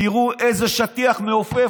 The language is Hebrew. תראו איזה שטיח מעופף,